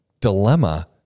dilemma